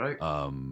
Right